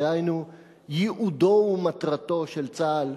דהיינו ייעודו ומטרתו של צה"ל,